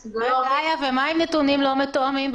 ומה עם נתונים לא מתואמים?